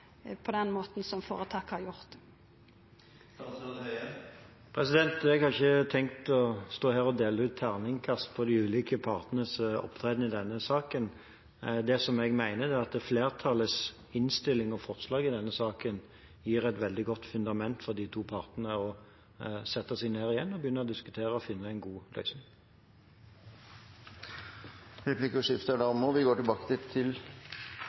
på den måten som føretaket har gjort? Jeg har ikke tenkt å stå her og dele ut terningkast på de ulike partenes opptreden i denne saken. Det jeg mener, er at flertallets innstilling og forslag i denne saken gir et veldig godt fundament for de to partene til å sette seg ned igjen og begynne å diskutere – og finne en god løsning. Kvar gong ein kjem på politikarbesøk til dei tre–fire nordlegaste sjukestuene i Troms, får alle politikarar som er